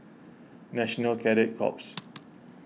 National Cadet Corps